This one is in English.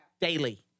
daily